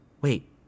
Wait